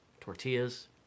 tortillas